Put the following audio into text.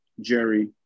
Jerry